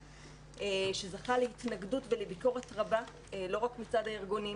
שזכה להתנגדות ולביקורת רבה לא רק מצד הארגונים,